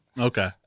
okay